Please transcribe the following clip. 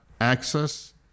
access